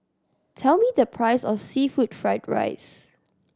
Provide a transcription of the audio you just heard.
tell me the price of seafood fried rice